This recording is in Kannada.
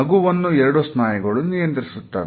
ನಗುವನ್ನು ಎರಡು ಸ್ನಾಯುಗಳು ನಿಯಂತ್ರಿಸುತ್ತವೆ